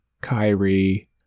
Kyrie